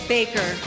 Baker